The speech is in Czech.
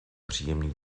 příjemný